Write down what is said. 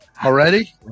Already